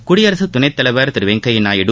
குடியரசு துணைத்தலைவர் திரு வெங்கையா நாயுடு